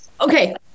Okay